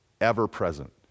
ever-present